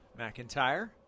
McIntyre